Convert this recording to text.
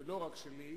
לא רק שלי,